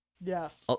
yes